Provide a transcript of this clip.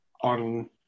on